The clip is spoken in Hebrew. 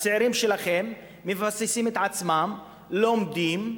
הצעירים שלכם מבססים את עצמם, לומדים,